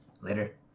Later